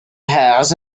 hers